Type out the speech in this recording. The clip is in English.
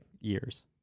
years